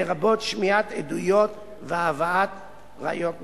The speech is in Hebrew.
לרבות שמיעת עדויות והבאת ראיות נוספות,